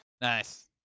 Nice